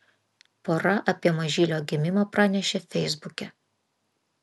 pora apie mažylio gimimą pranešė feisbuke